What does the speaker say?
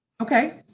Okay